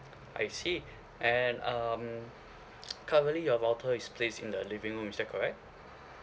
I see and um currently your router is placed in the living room is that correct